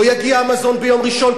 לא יגיע המזון ביום ראשון,